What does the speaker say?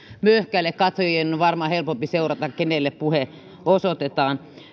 möhkäle katsojien on varmaan helpompi seurata kenelle puhe osoitetaan